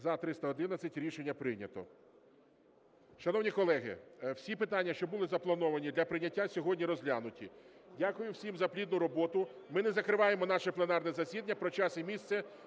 За-311 Рішення прийнято. Шановні колеги, всі питання, що були заплановані для прийняття сьогодні, розглянуті. Дякую всім за плідну роботу. Ми не закриваємо наше пленарне засідання. Про час і місце